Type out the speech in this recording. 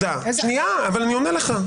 אני עונה לך.